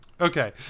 Okay